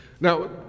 Now